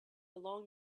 along